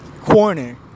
corner